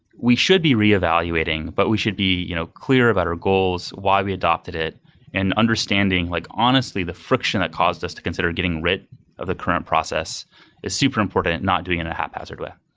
we should be reevaluating, but we should be you know clear about our goals, why we adapted it and understanding like, honestly, the friction that caused us to consider getting rid of the current process is super important not doing it in a haphazard way